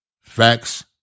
facts